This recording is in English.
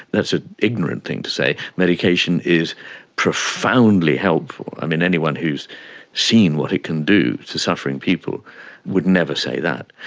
that's an ignorant thing to say. medication is profoundly helpful. um anyone who has seen what it can do to suffering people would never say that.